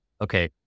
okay